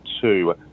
two